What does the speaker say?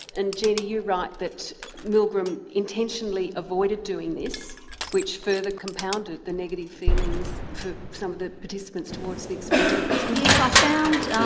and gina you write that milgram intentionally avoided doing this which further compounded the negative feelings for some of the participants towards the experience. yes i ah found